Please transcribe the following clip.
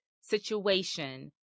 situation